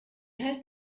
heißt